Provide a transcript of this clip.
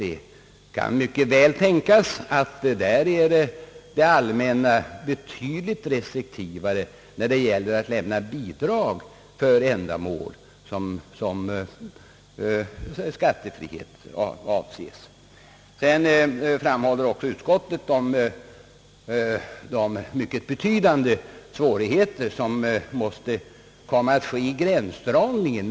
Det kan mycket väl tänkas att i dessa länder är det allmänna betydligt restriktivare när det gäller att lämna bidrag till de ändamål som skattefriheten här avser. Utskottet framhåller också de mycket betydande svårigheter som måste finnas vid gränsdragningen.